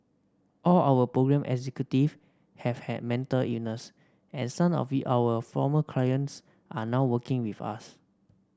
all our programme executive have had mental illness and some of our former clients are now working with us